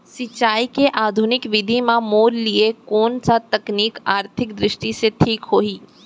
सिंचाई के आधुनिक विधि म मोर लिए कोन स तकनीक आर्थिक दृष्टि से ठीक होही?